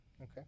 Okay